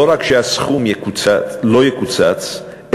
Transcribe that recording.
לא רק שהסכום לא יקוצץ,